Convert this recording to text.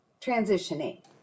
transitioning